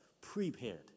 prepared